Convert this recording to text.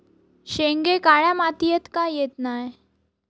शेंगे काळ्या मातीयेत का येत नाय?